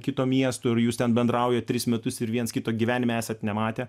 kito miesto ir jūs ten bendraujat tris metus ir viens kito gyvenime esat nematę